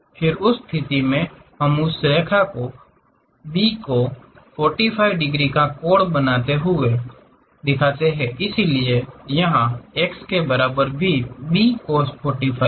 फिर उस स्थिति में हम उस रेखा B को ४५ डिग्री का कोण बनाते हुए कहते हैं इसलिए यहा x के बराबर B cos 45 है